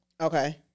Okay